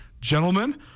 Gentlemen